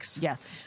Yes